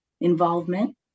involvement